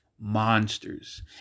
monsters